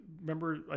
remember